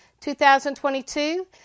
2022